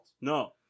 No